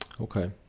okay